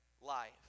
life